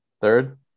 Third